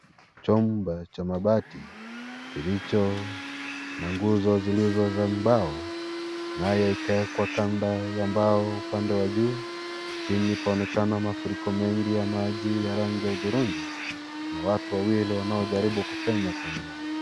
Chumba cha mabati kilicho na nguzo zilizo za mbao nayo ikawekwa kaunta ya mbao upande wa juu. Chini paonekana mafuriko mengi ya maji ya rangi ya hudhurungi na watu wawili wanaojaribu kupenya kwenye maji.